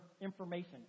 information